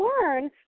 learn